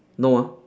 no ah